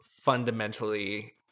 fundamentally